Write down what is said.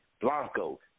Blanco